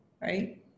right